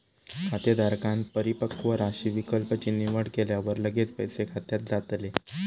खातेधारकांन परिपक्व राशी विकल्प ची निवड केल्यावर लगेच पैसे खात्यात जातले